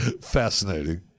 Fascinating